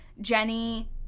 Jenny